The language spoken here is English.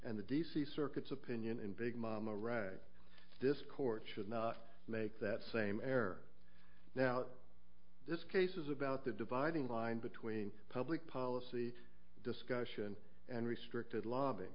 and the d c circuits opinion in big mama rag this court should not make that same error now this case is about the dividing line between public policy discussion and restricted lobby